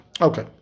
Okay